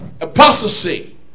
apostasy